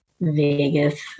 Vegas